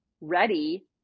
ready